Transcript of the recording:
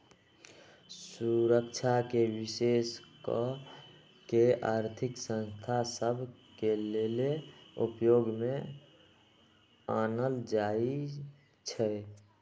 सुरक्षाके विशेष कऽ के आर्थिक संस्था सभ के लेले उपयोग में आनल जाइ छइ